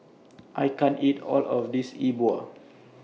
I can't eat All of This E Bua